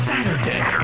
Saturday